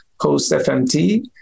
post-FMT